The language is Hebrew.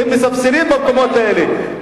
אתם מספסרים במקומות האלה,